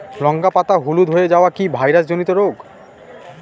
লঙ্কা পাতা হলুদ হয়ে যাওয়া কি ভাইরাস জনিত রোগ?